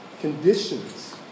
conditions